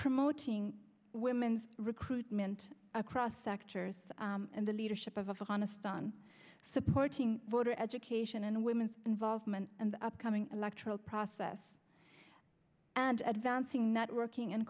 promoting women's recruitment across sectors and the leadership of honest on supporting voter education and women's involvement and the upcoming electoral process and at vance ng networking and